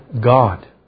God